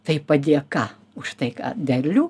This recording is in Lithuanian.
tai padėka už tai ką derlių